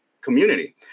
community